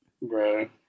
Right